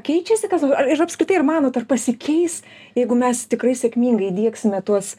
keičiasi kas ir apskritai ar manot ar pasikeis jeigu mes tikrai sėkmingai diegsime tuos